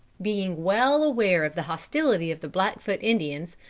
being well aware of the hostility of the blackfoot indians,